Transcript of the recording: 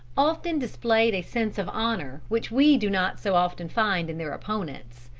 often displayed a sense of honor which we do not so often find in their opponents.